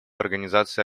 организации